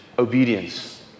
obedience